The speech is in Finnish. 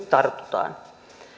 tartutaan